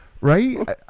right